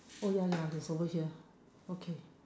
oh ya ya it's over here okay